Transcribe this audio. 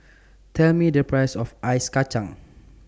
Tell Me The Price of Ice Kachang